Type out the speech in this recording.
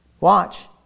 Watch